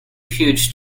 huge